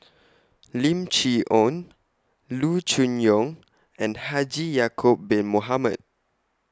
Lim Chee Onn Loo Choon Yong and Haji Ya'Acob Bin Mohamed